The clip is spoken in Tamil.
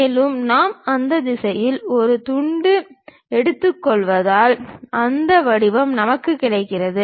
மேலும் நாம் அந்த திசையில் ஒரு துண்டு எடுத்துக்கொள்வதால் அந்த வடிவம் நமக்கு இருக்கிறது